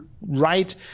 right